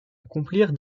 accomplir